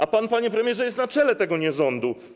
A pan, panie premierze, jest na czele tego nierządu.